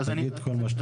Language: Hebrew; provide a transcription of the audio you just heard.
תגיד את כל מה שאתה רוצה.